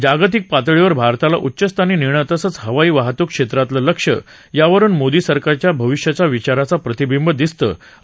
जागतिक पातळीवर भारताला उच्चस्थानी नेणं तसंच हवाई वाहतूक क्षेत्रातलं लक्ष्य यावरून मोदी सरकारच्या भविष्याच्या विचाराचं प्रतिबिंब दिसतं असंही देसाई म्हणाल्या